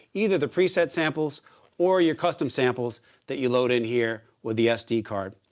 either the preset samples or your custom samples that you load in here with the sd card.